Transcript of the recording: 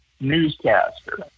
newscaster